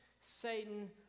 Satan